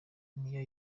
niyo